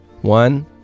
One